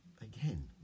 again